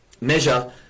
measure